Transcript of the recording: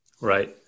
Right